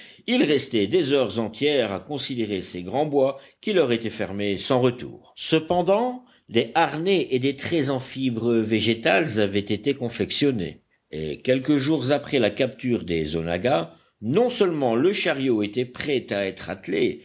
ils restaient des heures entières à considérer ces grands bois qui leur étaient fermés sans retour cependant des harnais et des traits en fibres végétales avaient été confectionnés et quelques jours après la capture des onaggas non seulement le chariot était prêt à être attelé